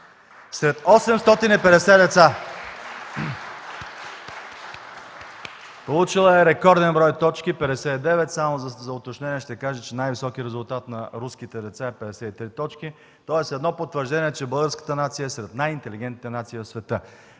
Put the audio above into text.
Получила е рекорден брой точки – 59. Само за уточнение ще кажа, че най-високият резултат на руските деца е 53 точки. Тоест едно потвърждение, че българската нация е сред най-интелигентните нации в света.